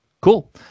cool